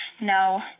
No